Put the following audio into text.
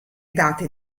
date